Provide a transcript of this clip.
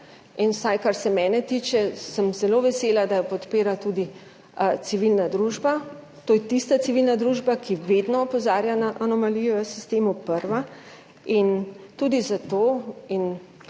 in, vsaj kar se mene tiče, sem zelo vesela, da jo podpira tudi civilna družba, to je tista civilna družba, ki vedno prva opozarja na anomalije v sistemu. In tudi zato,